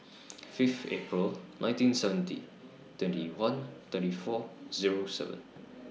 Fifth April nineteen seventy twenty one thirty four Zero seven